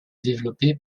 développée